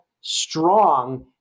strong